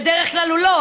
בדרך כלל הוא לא.